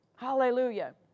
Hallelujah